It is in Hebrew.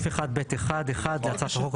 בסעיף 1(ב1)(1) להצעת החוק,